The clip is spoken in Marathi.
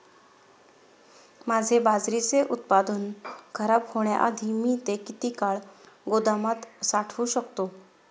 माझे बाजरीचे उत्पादन खराब होण्याआधी मी ते किती काळ गोदामात साठवू शकतो?